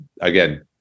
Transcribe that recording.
again